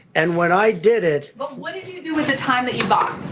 and when i did it but what did you do with the time that you bought?